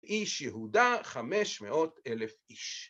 איש יהודה חמש מאות אלף איש.